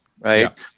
right